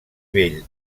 vell